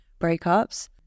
breakups